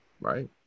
right